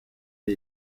ari